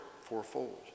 fourfold